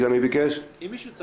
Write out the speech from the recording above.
מי ביקש רביזיה?